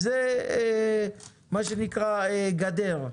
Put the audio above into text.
זה מה שנקרא גדר.